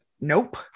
nope